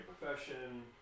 profession